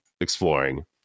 exploring